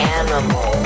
animal